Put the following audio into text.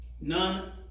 none